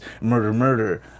murder-murder